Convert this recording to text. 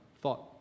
thought